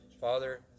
Father